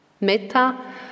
Metta